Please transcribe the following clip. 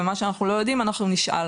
ומה שאנחנו לא יודעים אנחנו נשאל.